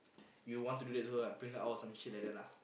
you want to do that to her ah bring her out or some shit like that lah